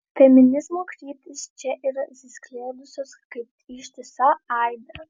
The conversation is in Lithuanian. feminizmo kryptys čia yra išskleidusios kaip ištisa aibė